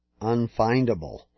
unfindable